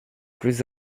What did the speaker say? plus